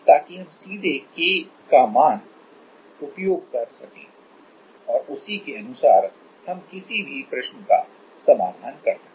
ताकि हम सीधे K मान का उपयोग कर सकें और उसी के अनुसार हम किसी भी प्रश्न का समाधान कर सकें